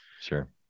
Sure